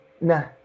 nah